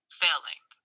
failing